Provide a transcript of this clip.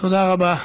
תודה רבה.